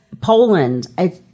Poland